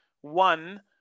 one